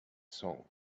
song